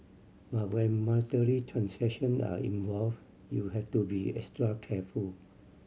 but when monetary transaction are involve you have to be extra careful